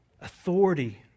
authority